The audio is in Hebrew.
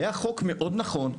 היה חוק מאוד נכון.